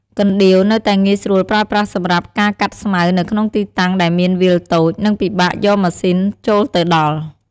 កណ្ដៀវនៅតែងាយស្រួលប្រើប្រាស់សម្រាប់ការកាត់ស្មៅនៅក្នុងទីតាំងដែលមានវាលតូច និងពិបាកយកម៉ាស៊ីនចូលទៅដល់។